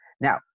Now